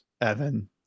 evan